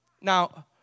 Now